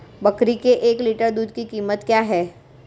बकरी के एक लीटर दूध की कीमत क्या है?